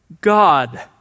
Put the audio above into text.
God